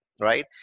right